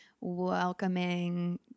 Welcoming